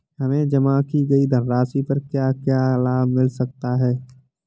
हमें जमा की गई धनराशि पर क्या क्या लाभ मिल सकता है?